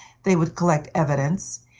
they would collect evidence,